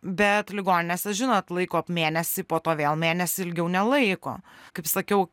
bet ligoninėse žinot laiko mėnesį po to vėl mėnesį ilgiau nelaiko kaip sakiau